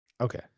Okay